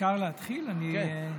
אדוני היושב-ראש,